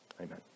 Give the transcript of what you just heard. Amen